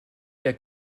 der